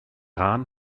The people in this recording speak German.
rahn